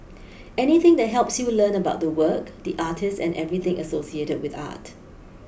anything that helps you learn about the work the artist and everything associated with art